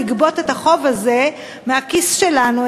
לגבות את החוב הזה מהכיס שלנו,